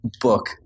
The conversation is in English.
book